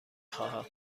خواهم